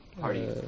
party